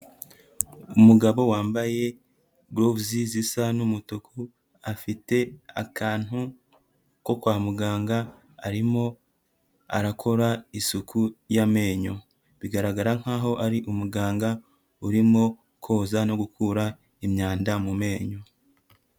Umugabo wambaye gloves zisa n'umutuku afite akantu ko kwa muganga arimo arakora isuku y'amenyo, bigaragara nk'aho ari umuganga urimo koza no gukura imyanda mu menyo.